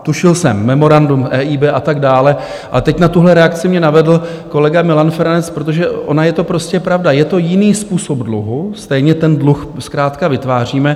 Tušil jsem, memorandum EIB a tak dále, ale teď na tuhle reakci mě navedl kolega Milan Feranec, protože ona je to prostě pravda, je to jiný způsob dluhu, stejně ten dluh zkrátka vytváříme.